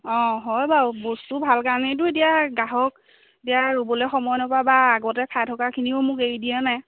অঁ হয় বাও বস্তু ভাল কাৰণেইতো এতিয়া গ্ৰাহক দিয়া ৰুবলে সময় নাপাওঁ বা আগতে খাই থকাখিনিও মোক এৰি দিয়া নাই